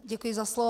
Děkuji za slovo.